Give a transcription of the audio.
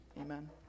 Amen